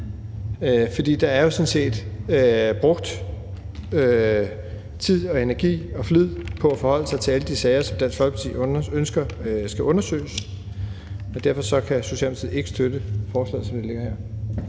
jo sådan set brugt tid og energi og flid på at forholde sig til alle de sager, som Dansk Folkeparti ønsker skal undersøges, og derfor kan Socialdemokratiet ikke støtte forslaget, som det ligger her.